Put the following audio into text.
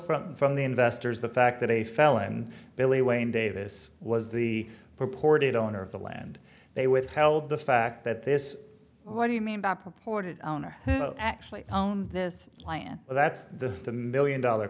from from the investors the fact that a felon really wayne davis was the purported owner of the land they withheld the fact that this what do you mean by purported owner who actually own this land well that's the million dollar